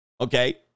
okay